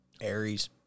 Aries